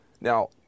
Now